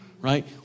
Right